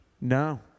No